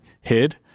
hid